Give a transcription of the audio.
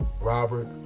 Robert